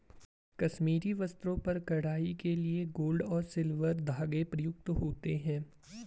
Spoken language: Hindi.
कश्मीरी वस्त्रों पर कढ़ाई के लिए गोल्ड और सिल्वर धागे प्रयुक्त होते हैं